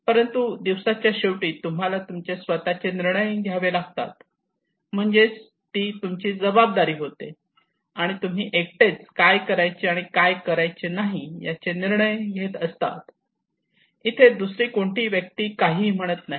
परंतु दिवसाच्या शेवटी तुम्हाला तुमचे स्वतःचे निर्णय घ्यावे लागतात म्हणजेच ती तुमची जबाबदारी होते आणि तुम्ही एकटेच काय करायचे आणि काय करायचे नाही याचे निर्णय घेत असतात इथे दुसरी कोणीही व्यक्ती काहीही म्हणत नाही